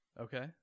Okay